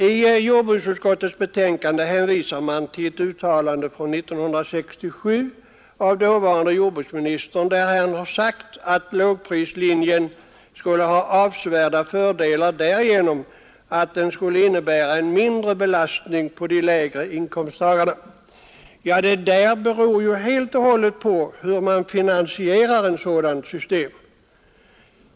I jordbruksutskottets betänkande hänvisas till ett uttalande från 1967 av dåvarande jordbruksministern, som säger att lågprislinjen skulle ha avsevärda fördelar därigenom att den skulle innebära en mindre belastning för de lägre inkomsttagarna. Ja, det beror ju helt och hållet på hur man finansierar ett sådant system.